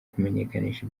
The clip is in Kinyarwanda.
kumenyekanisha